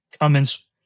comments